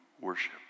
worship